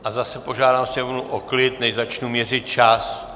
A zase požádám sněmovnu o klid, než začnu měřit čas.